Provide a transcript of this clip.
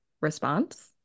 response